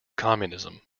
communism